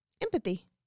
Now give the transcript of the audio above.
empathy